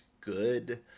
good